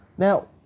Now